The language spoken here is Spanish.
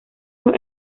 los